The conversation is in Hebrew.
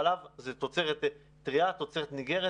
חלב זה תוצרת טרייה ותוצרת ניגרת,